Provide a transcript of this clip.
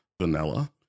vanilla